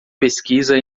pesquisa